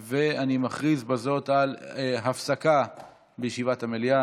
ובכן, תוצאות ההצבעה האלקטרונית: